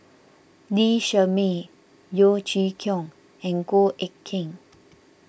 Lee Shermay Yeo Chee Kiong and Goh Eck Kheng